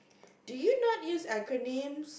do you not use acronym